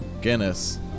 Guinness